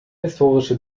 historische